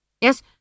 Yes